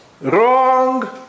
wrong